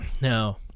Now